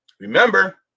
Remember